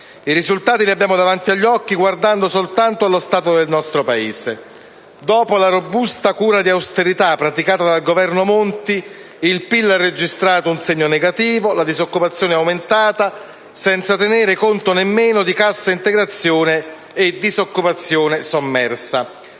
I risultati li abbiamo davanti agli occhi guardando soltanto alla stato del nostro Paese. Dopo la robusta cura di austerità praticata dal Governo Monti, il PIL ha registrato un segno negativo e la disoccupazione è aumentata, senza tenere nemmeno conto della cassa integrazione e della disoccupazione sommersa.